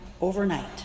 overnight